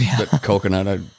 Coconut